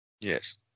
Yes